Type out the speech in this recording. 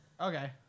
Okay